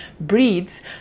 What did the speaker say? breeds